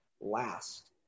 last